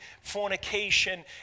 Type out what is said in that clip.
fornication